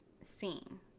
scene